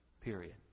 period